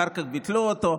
אחר כך ביטלו אותו.